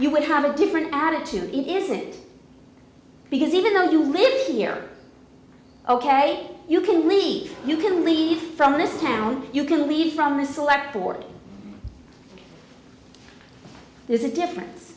you would have a different attitude is it because even though you live here ok you can leave you can leave from this town you can leave from a select board there's a difference